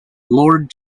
lord